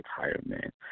retirement